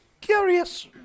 Curious